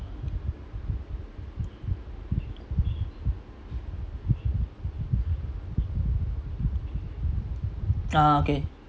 ah okay